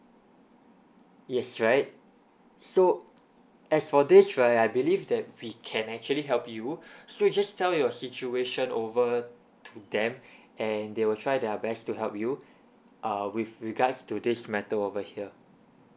yes right so as for this right I believe that we can actually help you so you just tell your situation over to them and they will try their best to help you uh with regards to this matter over here